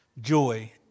joy